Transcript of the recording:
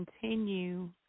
continue